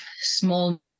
small